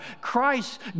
Christ